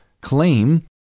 claim